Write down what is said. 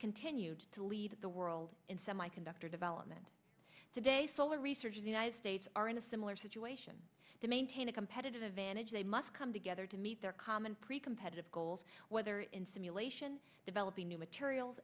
continued to lead the world in semiconductor development today solar research in the united states are in a similar situation to maintain a competitive advantage they must come together to meet their common pre competitive goals whether in simulation developing new materials